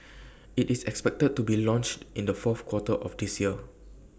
IT is expected to be launched in the fourth quarter of this year